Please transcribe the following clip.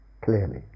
clearly